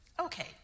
Okay